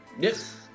Yes